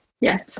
Yes